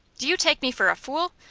do you take me for a fool?